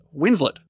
Winslet